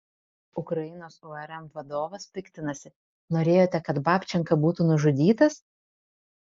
ukrainos urm vadovas piktinasi norėjote kad babčenka būtų nužudytas